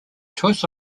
choice